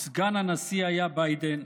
וסגן הנשיא היה ביידן,